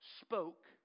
spoke